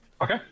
Okay